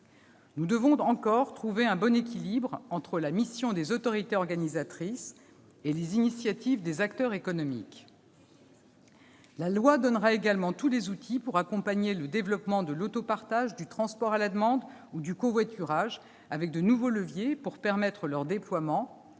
Nous devons encore trouver un bon équilibre entre la mission des autorités organisatrices et les initiatives des acteurs économiques. La loi donnera également tous les outils nécessaires pour accompagner le développement de l'autopartage, le transport à la demande ou le covoiturage, avec de nouveaux leviers, en vue de permettre leur déploiement